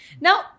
Now